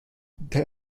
there